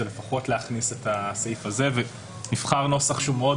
זה לפחות להכניס את הסעיף הזה ונבחר נוסח שהוא מאוד